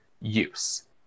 use